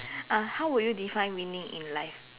uh how would you define winning in life